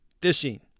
fishing